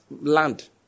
Land